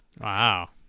Wow